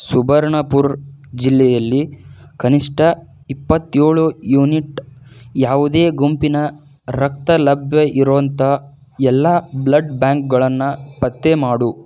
ಸುಬರ್ಣಪುರ್ ಜಿಲ್ಲೆಯಲ್ಲಿ ಕನಿಷ್ಟ ಇಪ್ಪತ್ತೇಳು ಯೂನಿಟ್ ಯಾವುದೇ ಗುಂಪಿನ ರಕ್ತ ಲಭ್ಯ ಇರುವಂಥ ಎಲ್ಲ ಬ್ಲಡ್ ಬ್ಯಾಂಕ್ಗಳನ್ನು ಪತ್ತೆ ಮಾಡು